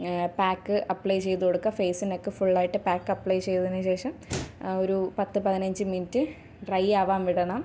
pack apply ചെയ്തു കൊടുക്കുക face neck ഫുള്ളായിട്ട് പാക്ക് അപ്ലൈ ചെയ്തതിനു ശേഷം ഒരു പത്ത് പതിനഞ്ച് മിനിറ്റ് ഡ്രൈ ആവാൻ വിടണം